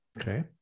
Okay